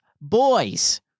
Boys